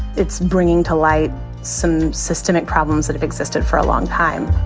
it's bringing to light some systemic problems that have existed for a long time.